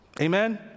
Amen